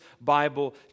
Bible